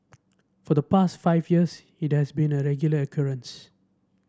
for the past five years it has been a regular occurrence